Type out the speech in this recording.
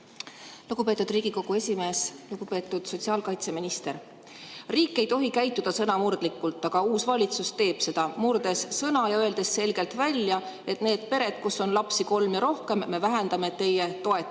Lugupeetud Riigikogu esimees! Lugupeetud sotsiaalkaitseminister! Riik ei tohi käituda sõnamurdlikult, aga uus valitsus teeb seda, murdes sõna ja öeldes selgelt välja, et neil peredel, kus on lapsi kolm ja rohkem, me vähendame toetust.